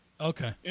Okay